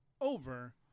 over